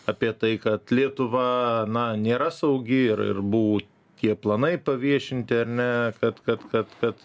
apie tai kad lietuva na nėra saugi ir ir buvo tie planai paviešinti ar ne kad kad kad kad